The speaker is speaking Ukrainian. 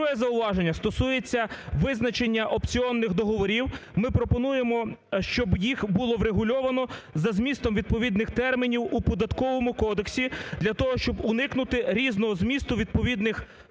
друге зауваження стосується визначення опціонних договорів. Ми пропонуємо, щоб їх було врегульовано за змістом відповідних термінів у Податковому кодексі для того, щоб уникнути різного змісту відповідних положень